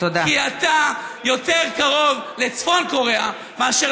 כי אתה יותר קרוב לצפון קוריאה מאשר